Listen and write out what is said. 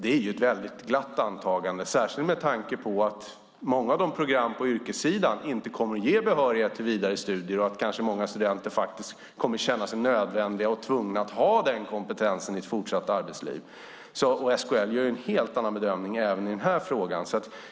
Det är ett väldigt glatt antagande, särskilt med tanke på att många program på yrkessidan inte kommer att ge behörighet till vidare studier och att många studenter kommer att känna sig nödda och tvungna att skaffa sig sådan kompetens för sitt fortsatta arbetsliv. SKL gör en helt annan bedömning även i den här frågan.